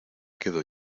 quedo